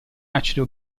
acido